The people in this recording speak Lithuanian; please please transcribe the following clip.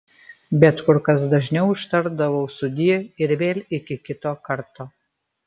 bet kur kas dažniau ištardavau sudie ir vėl iki kito karto